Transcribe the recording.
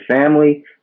family